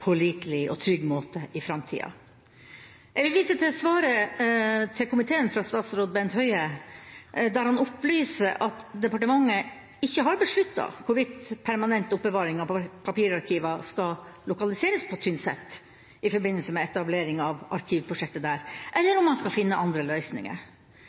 pålitelig og trygg måte i framtida. Jeg vil vise til svaret fra statsråd Bent Høie til komiteen, der han opplyser at departementet ikke har besluttet hvorvidt permanent oppbevaring av papirarkiver skal lokaliseres på Tynset i forbindelse med etablering av arkivprosjektet der, eller om man skal finne andre løsninger.